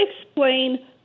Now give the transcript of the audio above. explain